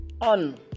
on